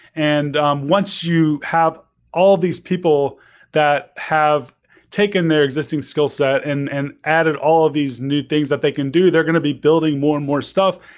and um once you have all these people that have taken their existing skill set and and added all of these new things that they can do, they're going to be building more and more stuff.